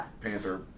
panther